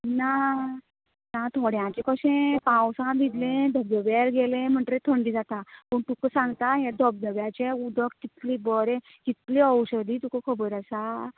ना ना थोड्याचें कशें पावसा भिजले धबधब्यार गेले म्हटगीर थडी जाता तुका सागतां ये धबधब्याचे उदक कितले बरें कितले औषधि तुका खबर आसा